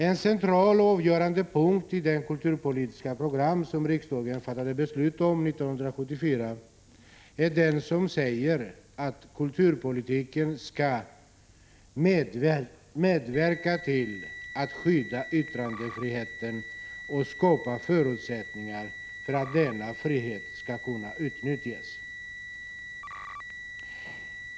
En central och avgörande punkt i det kulturpolitiska program som riksdagen fattade beslut om 1974 är den som säger att kulturpolitiken skall medverka till att skydda yttrandefriheten och skapa förutsättningar för att denna frihet skall kunna utnyttjas.